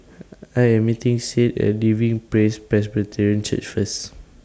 I Am meeting Sade At Living Praise Presbyterian Church First